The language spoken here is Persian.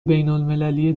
بینالمللی